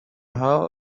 how